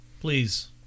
Please